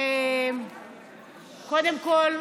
קודם כול,